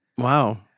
Wow